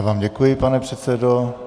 Já vám děkuji, pane předsedo.